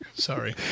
Sorry